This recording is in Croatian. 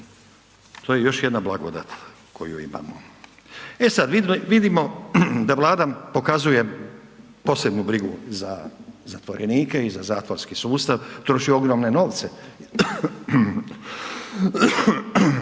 To je još jedna blagodat koju imamo. E sad, vidimo da Vlada pokazuje posebnu brigu za zatvorenike i za zatvorski sustava, troši ogromne novce,